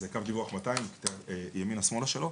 זה קו דיווח 200 ימינה שמאלה שלו.